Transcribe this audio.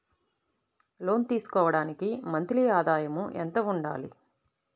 లోను తీసుకోవడానికి మంత్లీ ఆదాయము ఎంత ఉండాలి?